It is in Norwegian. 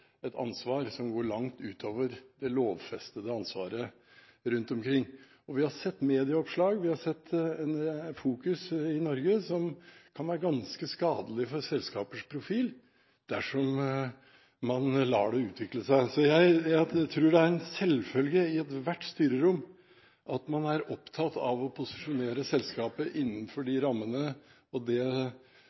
et ansvar som går langt utover det lovfestede ansvaret rundt omkring. Vi har sett medieoppslag, vi har sett fokus i Norge, som kan være ganske skadelige for selskapers profil dersom man lar det utvikle seg. Så jeg tror det er en selvfølge i ethvert styrerom at man er opptatt av å posisjonere selskapet innenfor de rammene og det